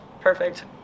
Perfect